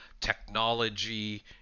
technology